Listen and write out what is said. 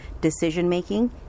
decision-making